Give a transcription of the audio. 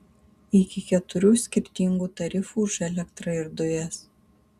iki keturių skirtingų tarifų už elektrą ir dujas